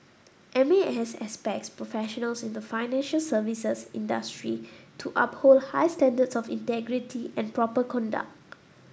M A S expects professionals in the financial services industry to uphold high standards of integrity and proper conduct